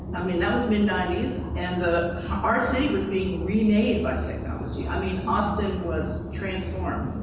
i mean, that was mid ninety s, and the our city was being remade by technology. i mean, austin was transformed.